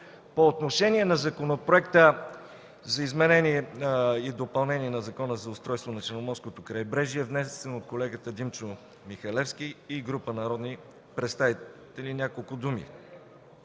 По отношение на Законопроекта за изменение и допълнение на Закона за устройство на Черноморското крайбрежие, внесен от колегата Димчо Михалевски и група народни представители, ще кажа няколко думи.